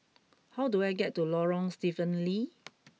how do I get to Lorong Stephen Lee